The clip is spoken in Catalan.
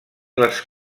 les